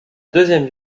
deuxième